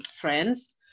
friends